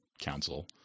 council